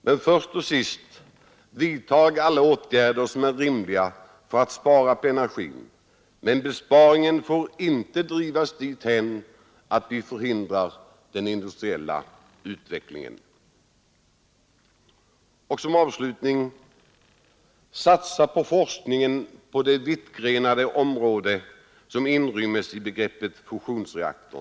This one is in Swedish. Men först och sist: Vidtag alla åtgärder som är rimliga för att spara på energin. Besparingen får dock inte drivas därhän att den förhindrar den industriella utvecklingen. Avslutningsvis: Satsa på forskningen på det vittförgrenade område som inrymmes i begreppet fusionsreaktor.